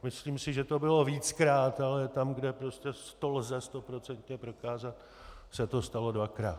Myslím si, že to bylo víckrát, ale tam, kde to prostě lze stoprocentně prokázat, se to stalo dvakrát.